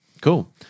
Cool